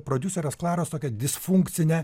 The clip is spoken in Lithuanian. prodiuserės klaros tokią disfunkcinę